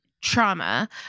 Trauma